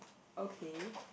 okay